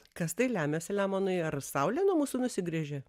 kas tai lemia selemonai ar saulė nuo mūsų nusigręžė